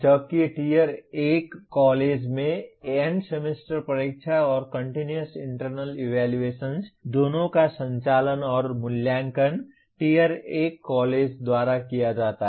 जबकि tier 1 college में end semester परीक्षा और कंटिन्यूअस इंटरनल इवैल्यूएशन दोनों का संचालन और मूल्यांकन टियर 1 कॉलेज द्वारा किया जाता है